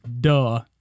Duh